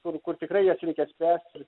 kur kur tikrai jas reikia spręst ir